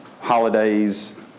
holidays